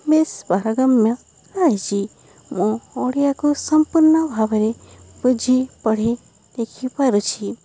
ବେଶ୍ ପାରଙ୍ଗମ ରହିଛି ମୁଁ ଓଡ଼ିଆକୁ ସମ୍ପୂର୍ଣ୍ଣ ଭାବରେ ବୁଝି ପଢ଼ି ଲେଖିପାରୁଛି